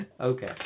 Okay